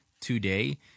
today